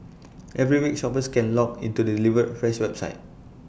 every week shoppers can log into the delivered fresh website